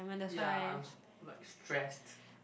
ya I'm s~ like stressed